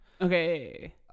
Okay